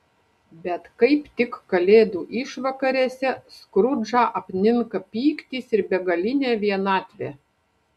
bet kaip tik kalėdų išvakarėse skrudžą apninka pyktis ir begalinė vienatvė